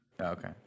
Okay